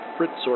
Fritz